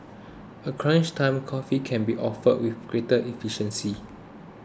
a crunch time coffee can be offered with greater efficiency